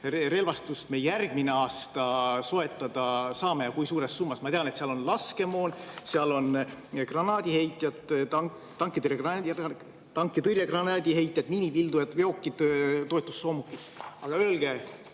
relvastust me järgmisel aastal soetada saame? Kui suures summas? Ma tean, et seal on laskemoon, seal on granaadiheitjad, tankitõrje granaadiheitjad, miinipildujad, veokid, toetussoomukid. Aga öelge,